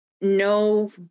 no